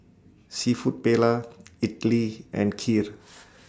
Seafood Paella Idili and Kheer